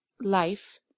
Life